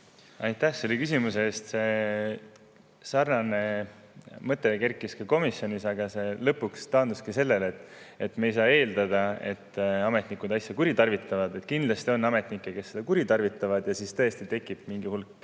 Aitäh selle küsimuse eest! Sarnane mõte kerkis ka komisjonis, aga see lõpuks taanduski sellele, et me ei saa eeldada, et ametnikud asju kuritarvitavad. Kindlasti on ametnikke, kes seda kuritarvitavad, ja siis tõesti tekib mingi hulk